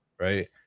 Right